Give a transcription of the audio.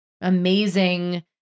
amazing